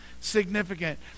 significant